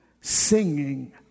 singing